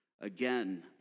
again